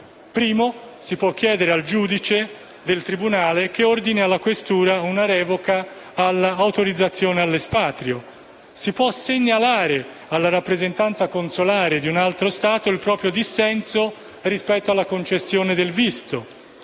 luogo, si può chiedere al giudice del tribunale che ordini alla questura una revoca dell'autorizzazione all'espatrio. Si può segnalare alla rappresentanza consolare di un altro Stato il proprio dissenso rispetto alla concessione del visto.